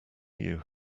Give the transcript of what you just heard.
you